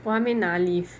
我还没拿 leave